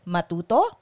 Matuto